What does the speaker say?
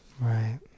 Right